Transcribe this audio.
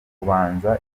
kubanza